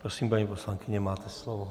Prosím, paní poslankyně, máte slovo